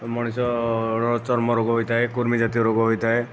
ମଣିଷର ଚର୍ମ ରୋଗ ହୋଇଥାଏ କୃମି ଜାତୀୟ ରୋଗ ହୋଇଥାଏ